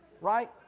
Right